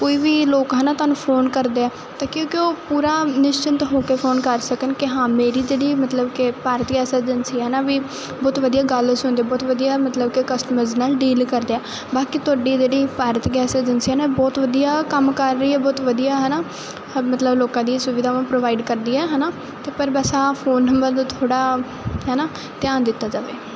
ਕੋਈ ਵੀ ਲੋਕ ਹੈ ਨਾ ਤੁਹਾਨੂੰ ਫੋਨ ਕਰਦੇ ਆ ਅਤੇ ਕਿਉਂਕਿ ਉਹ ਪੂਰਾ ਨਿਸ਼ਚਿੰਤ ਹੋ ਕੇ ਫੋਨ ਕਰ ਸਕਣ ਕਿ ਹਾਂ ਮੇਰੀ ਜਿਹੜੀ ਮਤਲਬ ਕਿ ਭਾਰਤੀ ਜੰਸੀ ਹੈ ਨਾ ਵੀ ਬਹੁਤ ਵਧੀਆ ਗੱਲ ਸੁਣਦੇ ਬਹੁਤ ਵਧੀਆ ਮਤਲਬ ਕਿ ਕਸਟਮਰਸ ਨਾਲ ਡੀਲ ਕਰਦੇ ਆ ਬਾਕੀ ਤੁਹਾਡੀ ਜਿਹੜੀ ਭਾਰਤ ਗੈਸ ਏਜੰਸੀ ਆਂ ਨਾ ਇਹ ਬਹੁਤ ਵਧੀਆ ਕੰਮ ਕਰ ਰਹੀ ਹੈ ਬਹੁਤ ਵਧੀਆ ਹੈ ਨਾ ਮਤਲਬ ਲੋਕਾਂ ਦੀਆਂ ਸੁਵਿਧਾਵਾਂ ਪ੍ਰੋਵਾਈਡ ਕਰਦੀ ਹੈ ਹੈ ਨਾ ਅਤੇ ਪਰ ਬਸ ਆ ਫੋਨ ਨੰਬਰ ਦਾ ਥੋੜ੍ਹਾ ਹੈ ਨਾ ਧਿਆਨ ਦਿੱਤਾ ਜਾਵੇ